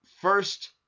first